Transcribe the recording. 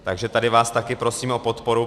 Takže tady vás taky prosím o podporu.